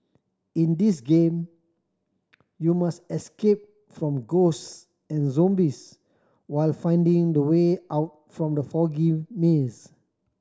in this game you must escape from ghosts and zombies while finding the way out from the foggy maze